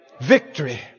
victory